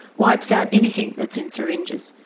wipes out anything that's in syringes,